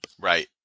Right